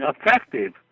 effective